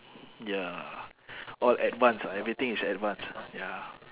ya all advance ah everything is advance ya